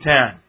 Ten